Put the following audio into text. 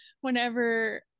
whenever